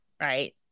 Right